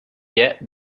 yet